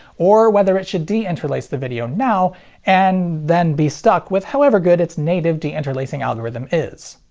or whether it should deinterlace the video now and then be stuck with however good its native deinterlacing algorithm is.